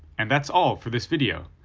and that's all for this video!